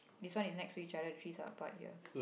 this one is next to each other the trees are apart here